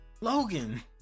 Logan